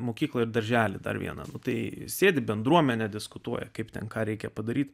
mokyklą ir darželį dar vieną tai sėdi bendruomenė diskutuoja kaip ten ką reikia padaryti